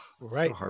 right